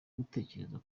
gutekereza